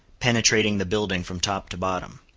penetrating the building from top to bottom.